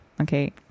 Okay